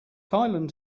thailand